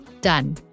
Done